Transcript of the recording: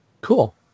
cool